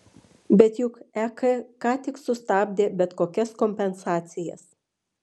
bet juk ek ką tik sustabdė bet kokias kompensacijas